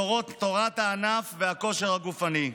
תורת הענף והכושר הגופני.